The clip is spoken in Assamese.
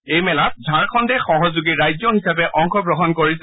এই মেলাত ঝাৰখণ্ডে সহযোগী ৰাজ্য হিচাপে অংশগ্ৰহণ কৰিছে